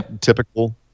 Typical